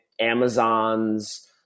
Amazon's